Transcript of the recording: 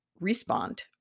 respond